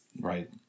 right